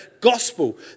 gospel